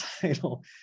title